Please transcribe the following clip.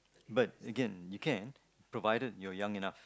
but again you can provided you're young enough